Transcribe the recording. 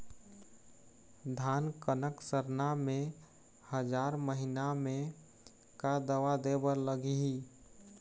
धान कनक सरना मे हजार महीना मे का दवा दे बर लगही?